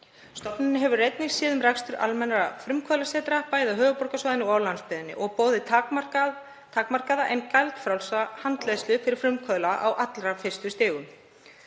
Stofnunin hefur einnig séð um rekstur almennra frumkvöðlasetra, bæði á höfuðborgarsvæðinu og á landsbyggðinni, og boðið takmarkaða en gjaldfrjálsa handleiðslu fyrir frumkvöðla á allra fyrstu stigum.